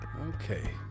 Okay